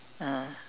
ah